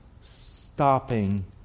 stopping